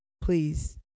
please